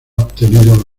obtenido